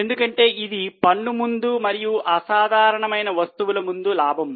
ఎందుకంటే ఇది పన్ను ముందు మరియు అసాధారణమైన వస్తువుల ముందు లాభం